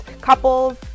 couples